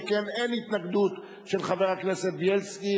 שכן אין התנגדות של חבר הכנסת בילסקי,